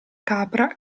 capra